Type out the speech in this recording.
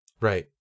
Right